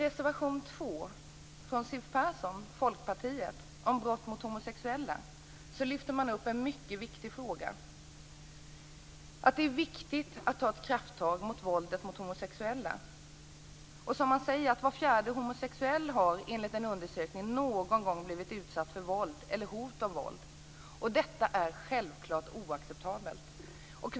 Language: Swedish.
I reservation 2 av Siw Persson, Folkpartiet, om brott mot homosexuella, lyfter man fram en mycket viktig fråga. Det är viktigt att ta krafttag mot våldet mot homosexuella. Var fjärde homosexuell har enligt en undersökning någon gång blivit utsatt för våld eller hot om våld. Detta är självklart oacceptabelt.